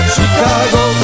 Chicago